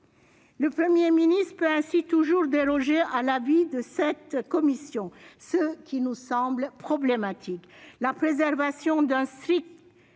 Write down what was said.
Le Premier ministre peut ainsi toujours déroger à l'avis de cette commission, ce qui nous semble problématique.